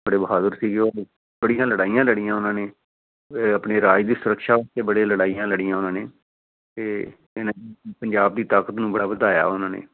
ਬੜੇ ਬਹਾਦਰ ਸੀਗੇ ਉਹ ਬੜੀਆਂ ਲੜਾਈਆਂ ਲੜੀਆਂ ਉਹਨਾਂ ਨੇ ਆਪਣੇ ਰਾਜ ਦੀ ਸੁਰੱਕਸ਼ਾ ਵਾਸਤੇ ਬੜੇ ਲੜਾਈਆਂ ਲੜੀਆਂ ਉਹਨਾਂ ਨੇ ਅਤੇ ਪੰਜਾਬ ਦੀ ਤਾਕਤ ਨੂੰ ਬੜਾ ਵਧਾਇਆ ਉਹਨਾਂ ਨੇ